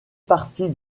partie